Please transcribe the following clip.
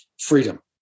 freedom